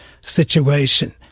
situation